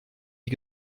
die